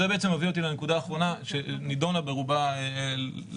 הכרזה על הגבלת דיונים.